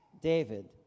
David